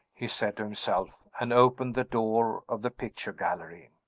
he said to himself and opened the door of the picture gallery.